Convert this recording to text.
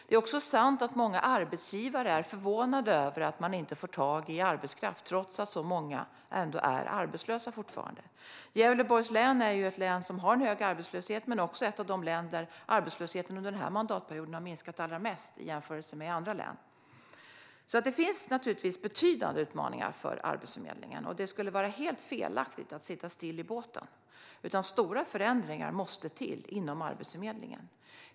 Det är också sant att många arbetsgivare är förvånade över att de inte får tag på arbetskraft trots att så många fortfarande är arbetslösa. Gävleborgs län har en hög arbetslöshet men är också ett av de län där arbetslösheten under denna mandatperiod har minskat allra mest. Det finns alltså betydande utmaningar för Arbetsförmedlingen, och det skulle vara helt felaktigt att sitta still i båten. Stora förändringar måste till inom Arbetsförmedlingen.